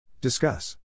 Discuss